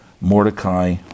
Mordecai